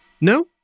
No